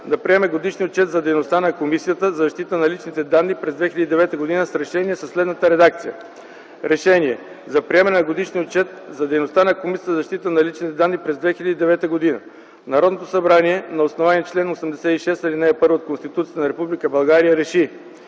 да приеме годишния отчет за дейността на Комисията за защита на личните данни през 2010 г. с решение със следната редакция: „РЕШЕНИЕ за приемане на годишния отчет за дейността на Комисията за защита на личните данни през 2009 г. Народното събрание на основание чл. 86, ал. 1 от Конституцията на Република